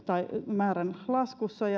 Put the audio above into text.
määrän laskussa